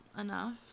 enough